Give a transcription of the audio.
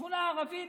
שכונה ערבית?